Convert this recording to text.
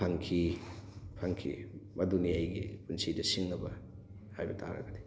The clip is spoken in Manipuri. ꯐꯪꯈꯤ ꯐꯪꯈꯤ ꯃꯗꯨꯅꯤ ꯑꯩꯒꯤ ꯄꯨꯟꯁꯤꯗ ꯁꯤꯡꯅꯕ ꯍꯥꯏꯕ ꯇꯥꯔꯒꯗꯤ